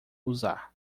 usar